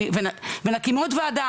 ונקים עוד ועדה,